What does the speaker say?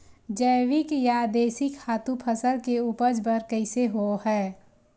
जैविक या देशी खातु फसल के उपज बर कइसे होहय?